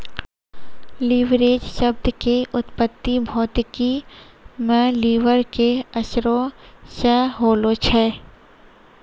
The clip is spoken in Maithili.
लीवरेज शब्द के उत्पत्ति भौतिकी मे लिवर के असरो से होलो छै